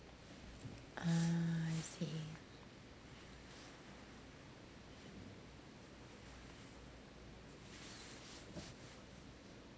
ah I see